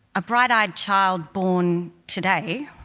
a bright-eyed child born today,